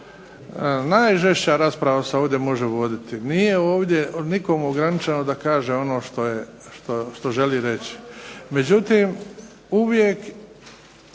najžešća rasprava se ovdje može voditi. Nije ovdje nikom ograničeno da kaže ono što želi reći. Međutim uvijek